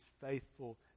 faithful